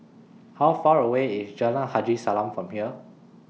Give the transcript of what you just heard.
How Far away IS Jalan Haji Salam from here